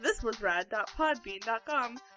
thiswasrad.podbean.com